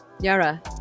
Yara